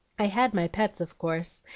i had my pets, of course,